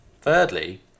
Thirdly